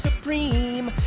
supreme